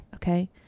Okay